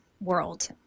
world